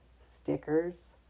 stickers